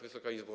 Wysoka Izbo!